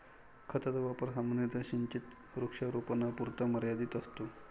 खताचा वापर सामान्यतः सिंचित वृक्षारोपणापुरता मर्यादित असतो